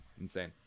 Insane